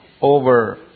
over